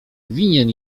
winien